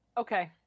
Okay